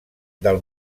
del